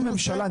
בועז יקירי,